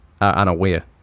unaware